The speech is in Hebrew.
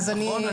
נכון.